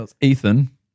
Ethan